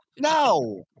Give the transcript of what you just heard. No